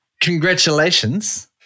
congratulations